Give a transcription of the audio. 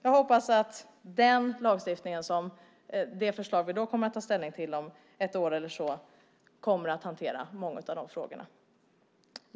Jag hoppas att den lagstiftning och det förslag vi kommer att ta ställning till om ett år eller så kommer att hantera många av de frågorna.